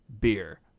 beer